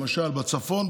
למשל בצפון,